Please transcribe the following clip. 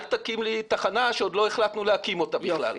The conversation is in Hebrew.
אל תקים לי תחנה שבכלל עוד החלטנו להקים אותה.